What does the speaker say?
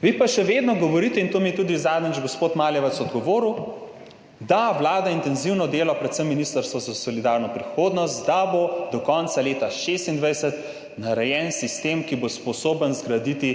Vi pa še vedno govorite, in to mi je tudi zadnjič gospod Maljevac odgovoril, da vlada intenzivno dela, predvsem Ministrstvo za solidarno prihodnost, da bo do konca leta 2026 narejen sistem, ki bo sposoben zgraditi